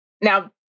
Now